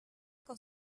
con